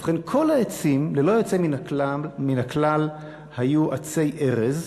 ובכן, כל העצים, ללא יוצא מן הכלל, היו עצי ארז,